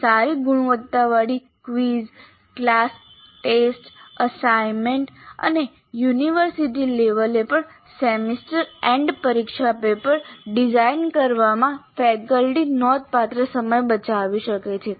સારી ગુણવત્તાની quiz class test assignment અને યુનિવર્સિટી લેવલે પણ સેમેસ્ટર એન્ડ પરીક્ષા પેપર ડિઝાઇન કરવામાં ફેકલ્ટી નોંધપાત્ર સમય બચાવી શકે છે